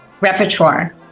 repertoire